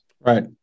right